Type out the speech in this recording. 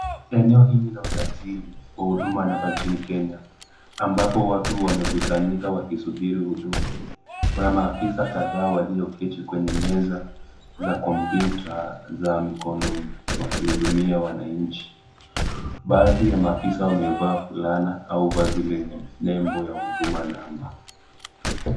Eneo hili la usajili, kwa Huduma namba nchini Kenya ambapo watu wamekusanyika wakisubiri huduma. Kuna maafisa kadhaa walioketi kwenye meza za computer za mikononi wakihudumia wananchi. Baadhi ya maafisa wamevaa fulana au vazi lenye nembo ya Huduma namba.